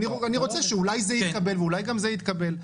רוצה שאולי זה יתקבל ואולי גם זה יתקבל.